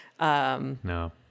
No